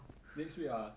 next week ah